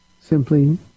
simply